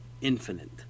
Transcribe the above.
Infinite